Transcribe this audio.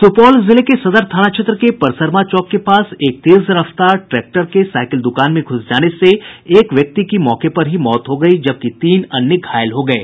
सुपौल जिले के सदर थाना क्षेत्र के परसरमा चौक के पास एक तेज रफ्तार ट्रैक्टर के साइकिल दुकान में घुस जाने से एक व्यक्ति की मौत हो गयी जबकि तीन अन्य घायल हो गये